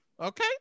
Okay